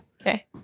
Okay